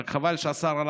רק חבל שהשר הלך.